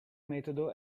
metodo